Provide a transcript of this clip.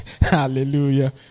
hallelujah